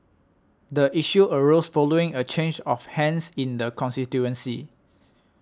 the issue arose following a change of hands in the constituency